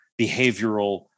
behavioral